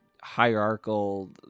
hierarchical